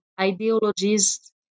ideologies